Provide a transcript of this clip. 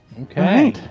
Okay